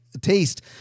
taste